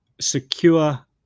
secure